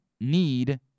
need